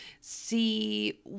see